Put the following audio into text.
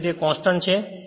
અને તેથી તે કોંસ્ટંટ છે